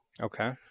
Okay